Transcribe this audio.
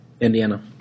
Indiana